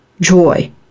joy